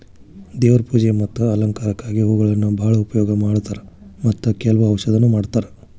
ದೇವ್ರ ಪೂಜೆ ಮತ್ತ ಅಲಂಕಾರಕ್ಕಾಗಿ ಹೂಗಳನ್ನಾ ಬಾಳ ಉಪಯೋಗ ಮಾಡತಾರ ಮತ್ತ ಕೆಲ್ವ ಔಷಧನು ಮಾಡತಾರ